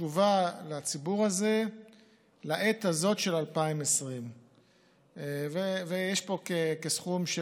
תשובה לציבור הזה לעת הזאת של 2020. יש פה סכום של